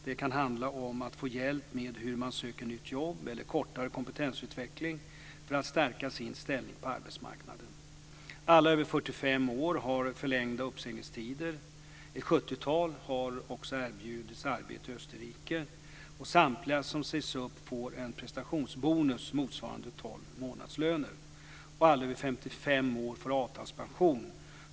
Det kan handla om att få hjälp med hur man får hjälp med att söka nytt jobb eller en kortare kompetensutveckling för att stärka sin ställning på arbetsmarknaden. Alla över 45 år har förlängda uppsägningstider. Ett sjuttiotal har också erbjudits arbete i Österrike, och samtliga som sägs upp får en prestationsbonus motsvarande tolv månadslöner. 75 % av lönen.